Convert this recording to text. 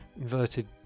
inverted